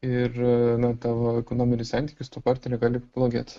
ir na tavo ekonominis santykis su tuo partneriu gali pablogėt